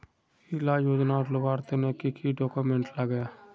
इला योजनार लुबार तने की की डॉक्यूमेंट लगे?